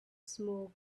smoke